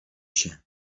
się